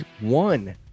one